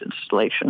installation